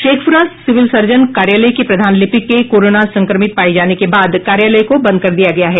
Sheikhpura civil surgeon कार्यालय के प्रधान लिपिक के कोरोना संक्रमित पाये जाने के बाद कार्यालय को बंद कर दिया गया है